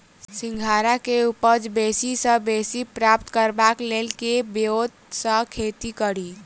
सिंघाड़ा केँ उपज बेसी सऽ बेसी प्राप्त करबाक लेल केँ ब्योंत सऽ खेती कड़ी?